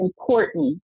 important